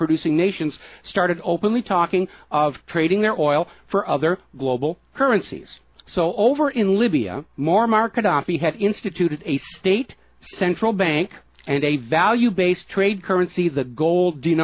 producing nations started openly talking of trading their oil for other global currencies so over in libya more market oppy had instituted a state central bank and a value based trade currency the gold di